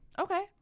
Okay